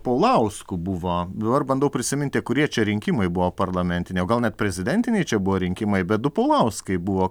paulausku buvo dabar bandau prisiminti kurie čia rinkimai buvo parlamentiniai o gal net prezidentiniai čia buvo rinkimai bet du paulauskai buvo